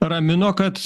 ramino kad